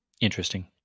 Interesting